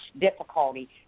difficulty